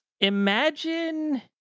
imagine